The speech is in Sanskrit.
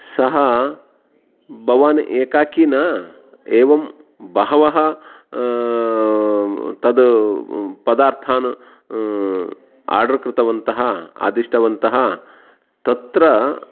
सः भवान् एकाकि न एवं बहवः तद् पदार्थान् आर्डर् कृतवन्तः आदिष्टवन्तः तत्र